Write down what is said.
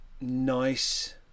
Nice